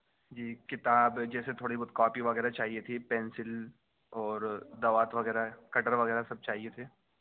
جی کتاب جیسے تھوڑی بہت کاپی وغیرہ چاہیے تھی پینسل اور دوات وغیرہ کٹر وغیرہ سب چاہیے تھے